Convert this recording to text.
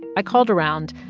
i called around,